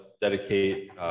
dedicate